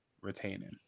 retaining